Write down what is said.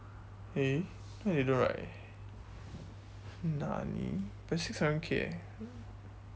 eh why they don't write nani but it's six seven K eh